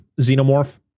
xenomorph